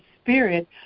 spirit